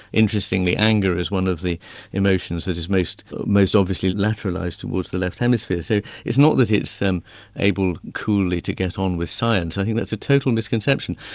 interestingly anger is one of the emotions that is most most obviously lateralised towards the left hemisphere, so it's not that it's able coolly to get on with science, i think that's a total misconception.